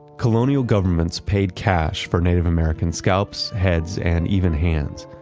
colonial governments paid cash for native americans' scalps, heads and even hands.